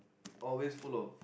always full of